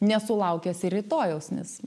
nesulaukęs ir rytojaus nes